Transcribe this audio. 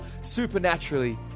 supernaturally